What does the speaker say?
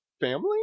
family